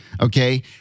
okay